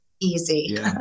easy